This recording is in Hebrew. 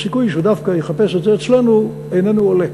הסיכוי שהוא דווקא יחפש את זה אצלנו איננו עולה,